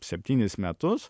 septynis metus